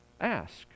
ask